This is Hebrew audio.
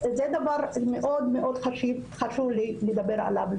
זה דבר חשוב מאוד לדבר עליו.